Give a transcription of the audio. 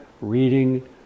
reading